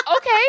okay